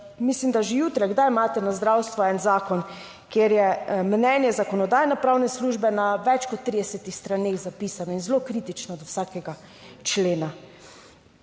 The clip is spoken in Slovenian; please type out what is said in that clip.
mislim, da že jutri kdaj imate na zdravstvu en zakon, kjer je mnenje Zakonodajno-pravne službe na več kot 30 straneh. Zapisano in zelo kritično do vsakega člena.